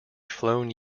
flown